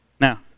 Now